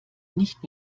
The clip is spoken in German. nicht